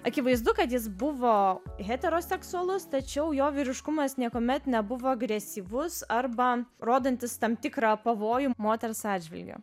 akivaizdu kad jis buvo heteroseksualus tačiau jo vyriškumas niekuomet nebuvo agresyvus arba rodantis tam tikrą pavojų moters atžvilgiu